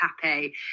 happy